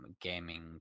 gaming